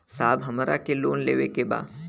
साहब हमरा के लोन लेवे के बा